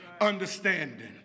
Understanding